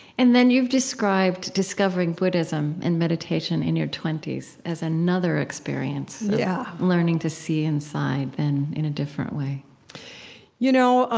and then you've described discovering buddhism and meditation in your twenty s as another experience of yeah learning to see inside, then, in a different way you know,